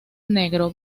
negro